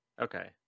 Okay